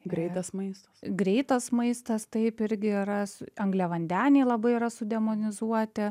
greitas maistas greitas maistas taip irgi yra su angliavandeniai labai yra sudemonizuoti